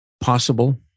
possible